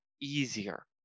easier